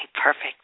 perfect